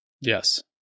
Yes